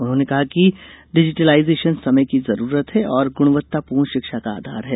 उन्होंने कहा है कि डिजिटलाईजेशन समय की जरूरत है और गुणवत्तापूर्ण शिक्षा का आधार है